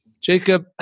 Jacob